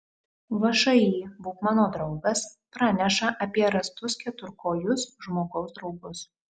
všį būk mano draugas praneša apie rastus keturkojus žmogaus draugus